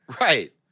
right